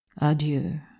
Adieu